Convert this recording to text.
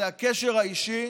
הקשר האישי